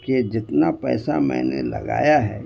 کہ جتنا پیسہ میں نے لگایا ہے